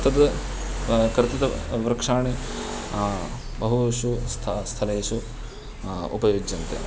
तत् कर्तितवृक्षाणि बहुषु स्थ स्थलेषु उपयुज्यन्ते